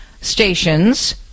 stations